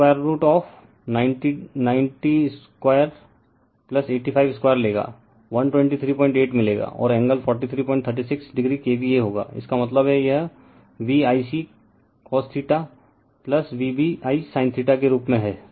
इसलिए P j Q 2√ 90285 2 लेगा 1238 मिलेगा और एंगल 4336 oKVA होगा इसका मतलब है यह V Icos V b i sin रूप है